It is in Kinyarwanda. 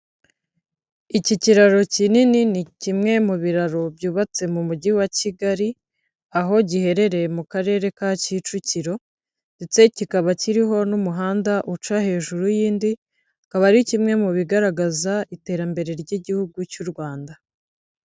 Iki kiraro kinini ni kimwe mu biraro byubatse mu mujyi wa Kigali, aho giherereye mu karere ka Kicukiro ndetse kikaba kiriho n'umuhanda uca hejuru y'indi, akaba ari kimwe mu bigaragaza iterambere ry'igihugu cy'u Rwanda.